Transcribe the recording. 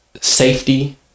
safety